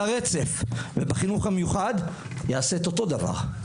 הרצף ובחינוך המיוחד יעשה את אותו דבר.